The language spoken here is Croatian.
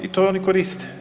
I to oni koriste.